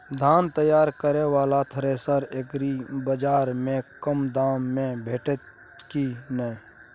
धान तैयार करय वाला थ्रेसर एग्रीबाजार में कम दाम में भेटत की नय?